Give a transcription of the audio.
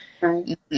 Right